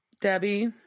Debbie